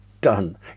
done